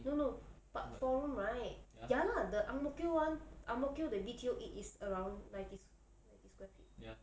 no no but four room right ya lah the ang mo kio [one] ang mo kio the B_T_O it is around ninety ninety square feet